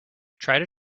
try